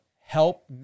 help